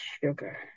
sugar